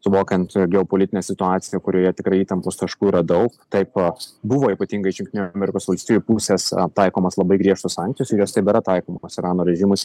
suvokiant geopolitinę situaciją kurioje tikrai įtampos taškų yra daug taip buvo ypatingai iš jungtinių amerikos valstijų pusės taikomos labai griežtos sankcijos ir jos tebėra taikomos irano režimui